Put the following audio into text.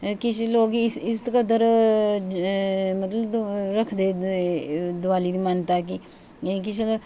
किश लोग इस इस कदर मतलब रखदे दवाली दी मानता की